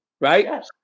right